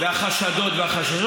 והחשדות והחששות,